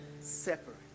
Separate